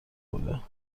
بوده